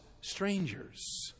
strangers